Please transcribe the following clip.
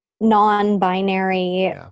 non-binary